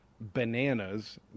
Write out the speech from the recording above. bananas